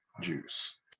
juice